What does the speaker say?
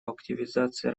активизации